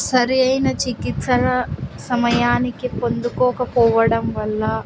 సరైన చికిత్సల సమయానికి పొందుకోకపోవడం వల్ల